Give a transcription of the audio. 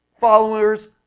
followers